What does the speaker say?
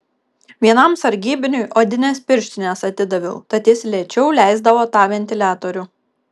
vienam sargybiniui odines pirštines atidaviau tad jis lėčiau leisdavo tą ventiliatorių